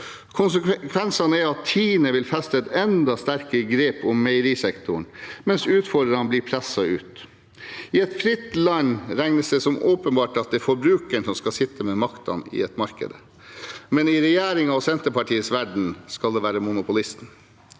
Konsekvensen er at TINE vil feste et enda sterkere grep om meierisektoren, mens utfordrere vil bli presset ut. I et fritt land regnes det som åpenbart at det er forbrukeren som skal sitte med makten i markedet, men i regjeringens og Senterpartiets verden skal det være monopolisten.